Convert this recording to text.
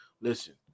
listen